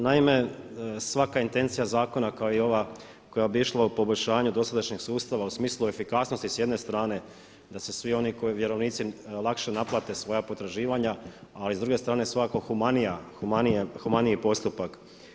Naime, svaka intencija zakona kao i ova koja bi išla u poboljšanju dosadašnjeg sustava u smislu efikasnosti s jedne strane da se svi oni koji vjerovnici lakše naplate svoja potraživanja, ali s druge strane svakako humaniji postupak.